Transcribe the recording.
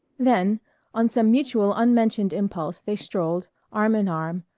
then on some mutual unmentioned impulse they strolled, arm in arm,